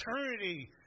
eternity